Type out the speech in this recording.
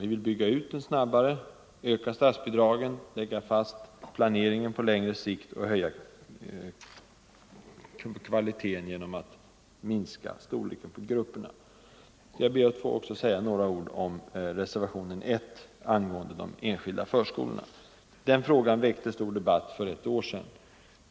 Vi vill bygga ut den snabbare, öka statsbidragen, lägga fast planeringen på längre sikt och höja kvaliteten genom att minska storleken på grupperna. Jag ber att också få säga några ord om reservationen 1 angående de enskilda förskolorna. Den frågan väckte stor debatt för ett år sedan.